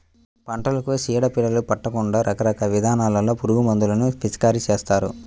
పంటలకు చీడ పీడలు పట్టకుండా రకరకాల విధానాల్లో పురుగుమందులను పిచికారీ చేస్తారు